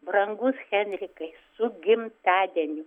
brangus henrikai su gimtadieniu